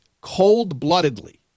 cold-bloodedly